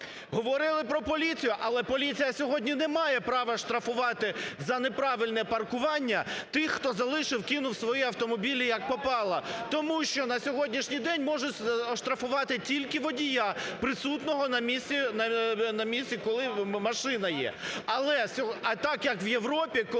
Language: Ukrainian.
Говорили про поліцію, але поліція сьогодні не має права штрафувати за неправильне паркування тих, хто залишив, кинув свої автомобілі, як попало, тому що на сьогоднішній день можуть оштрафувати тільки водія, присутнього на місці, коли машина є.